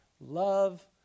love